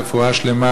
רפואה שלמה,